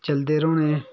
चलदे रौह्ने